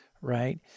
right